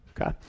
Okay